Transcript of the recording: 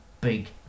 big